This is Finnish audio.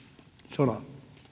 sodan